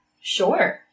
Sure